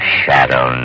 shadow